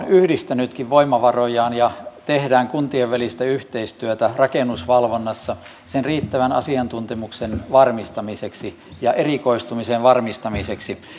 yhdistänytkin voimavarojaan ja kuntien välistä yhteistyötä tehdään rakennusvalvonnassa sen riittävän asiantuntemuksen varmistamiseksi ja erikoistumisen varmistamiseksi